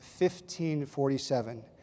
1547